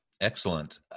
Excellent